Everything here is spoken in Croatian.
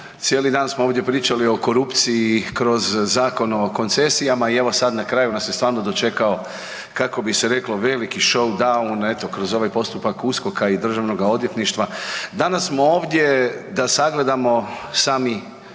Cijeli dan smo ovdje pričali o korupciji i kroz Zakon o koncesijama i evo sad na kraj nas je stvarno dočekao, kako bi se reklo, veliki showdown eto kroz ovaj postupak USKOK-a i državnoga odvjetništva. Danas smo ovdje da sagledamo sami